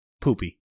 Poopy